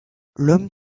l’homme